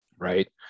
Right